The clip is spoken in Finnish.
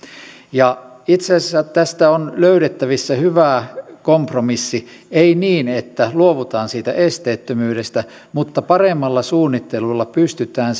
itse asiassa tästä on löydettävissä hyvä kompromissi ei niin että luovutaan siitä esteettömyydestä mutta paremmalla suunnittelulla pystytään